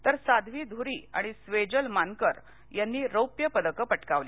तर साध्वी धुरी आणि स्वेजल मानकर यांनी रौप्यपदकं पटकावली